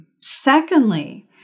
Secondly